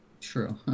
True